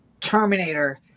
terminator